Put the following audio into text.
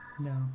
No